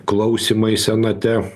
klausymai senate